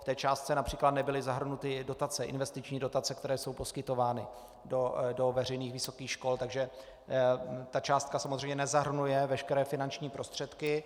V té částce například nebyly zahrnuty investiční dotace, které jsou poskytovány do veřejných vysokých škol, takže ta částka samozřejmě nezahrnuje veškeré finanční prostředky.